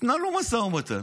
תנהלו משא ומתן,